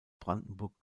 brandenburg